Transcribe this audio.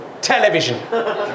Television